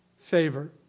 favor